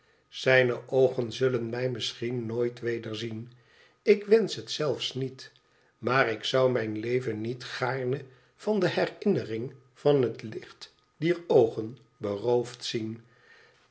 zijne oogen zullen mij misschien nooit weder zien ik wensch het zelfs niet maar ik zou mijn leven niet gaarne van de herinnering van het licht dier oogen beroofd zien